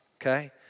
okay